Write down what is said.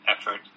effort